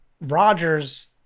Rogers